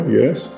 yes